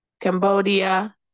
Cambodia